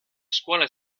scuola